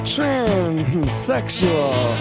Transsexual